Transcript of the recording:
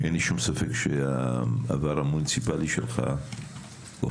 אין לי שום ספק שהעבר המוניציפלי שלך הופך